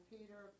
Peter